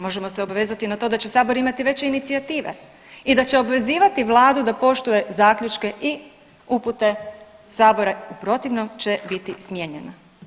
Možemo se obvezati i na to da će sabor imati veće inicijative i da će obvezivati vladu da poštuje zaključke i upute sabora, u protivnom će biti smijenjena.